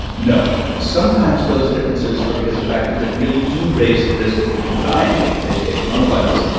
no. sometimes those differences are because of factors that really do raise the risk of people dying if they get coronavirus.